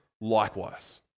likewise